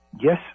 yes